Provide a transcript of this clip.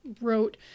wrote